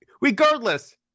regardless